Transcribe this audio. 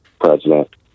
president